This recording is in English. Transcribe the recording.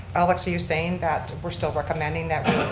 alex, are you saying that we're still recommending that